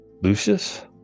Lucius